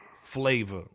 flavor